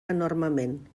enormement